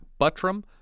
Buttram